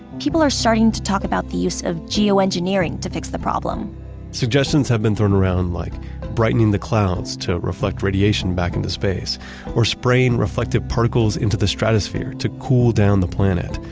people are starting to talk about the use of geoengineering to fix the problem suggestions have been thrown around like brightening the clouds to reflect radiation back into space or spraying reflective particles into the stratosphere to cool down the planet.